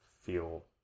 feel